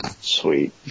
Sweet